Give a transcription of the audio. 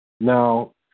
Now